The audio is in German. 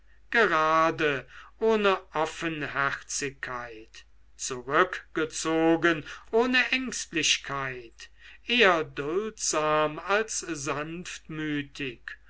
gerade ohne offenherzigkeit zurückgezogen ohne ängstlichkeit eher duldsam als